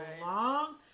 long